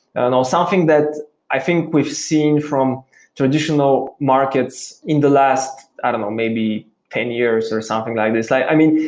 and something that i think we've seen from traditional markets in the last, i don't know, maybe ten years or something. like i i mean,